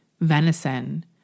venison